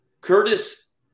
Curtis